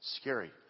scary